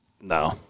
No